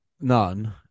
none